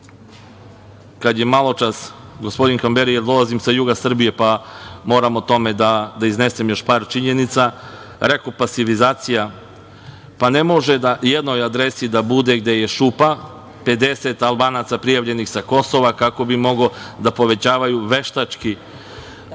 kada je maločas gospodin Kamberi, dolazim sa juga Srbije pa moram o tome da iznesem još par činjenica, rekao pasivizacija, pa ne može na jednoj adresi da bude gde je šupa 50 Albanaca prijavljenih sa Kosova kako bi mogli da povećavaju veštački